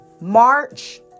March